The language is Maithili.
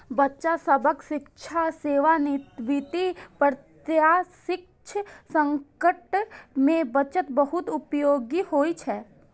बच्चा सभक शिक्षा, सेवानिवृत्ति, अप्रत्याशित संकट मे बचत बहुत उपयोगी होइ छै